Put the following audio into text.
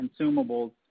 consumables